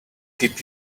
keep